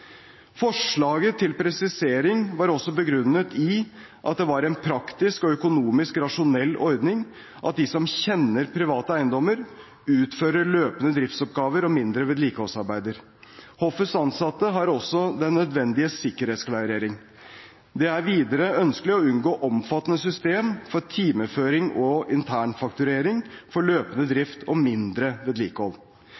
at det var en praktisk og økonomisk rasjonell ordning at de som kjenner de private eiendommene, utfører løpende driftsoppgaver og mindre vedlikeholdsarbeider. Hoffets ansatte har også den nødvendige sikkerhetsklarering. Det er videre ønskelig å unngå omfattende system for timeføring og internfakturering for løpende